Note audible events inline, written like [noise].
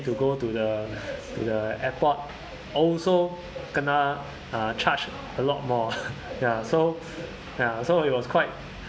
to go to the to the airport also kena uh charge a lot more [laughs] ya so ya so it was quite